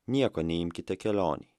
nieko neimkite kelionei